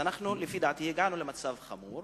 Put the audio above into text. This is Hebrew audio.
לפי דעתי, הגענו למצב חמור